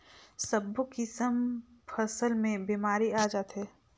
सब्बो किसम फसल मे बेमारी आ जाथे